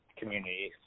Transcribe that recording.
community